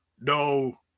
no